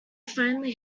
finally